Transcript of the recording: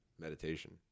meditation